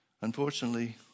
unfortunately